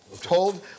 Told